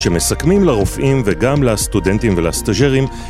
שמסכמים לרופאים וגם לסטודנטים ולסטאג'רים